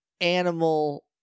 animal